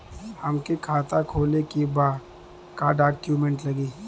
हमके खाता खोले के बा का डॉक्यूमेंट लगी?